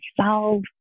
solve